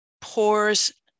pours